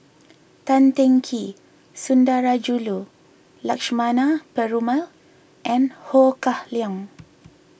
Tan Teng Kee Sundarajulu Lakshmana Perumal and Ho Kah Leong